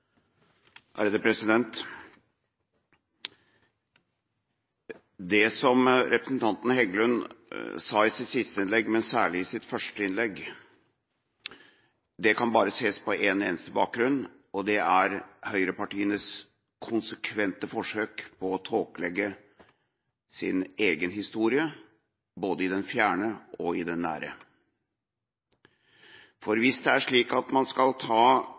Det som representanten Heggelund sa i sitt siste innlegg, men særlig i sitt første innlegg, kan bare ses på en eneste bakgrunn, og det er høyrepartienes konsekvente forsøk på å tåkelegge sin egen historie både i det fjerne og i det nære. Hvis det er slik at man skal ta